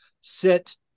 sit